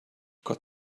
gott